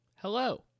Hello